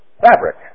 fabric